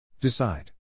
Decide